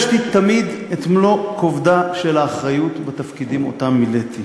תמיד הרגשתי את מלוא כובדה של האחריות בתפקידים שמילאתי.